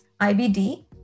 IBD